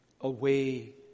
away